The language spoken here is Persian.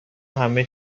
همه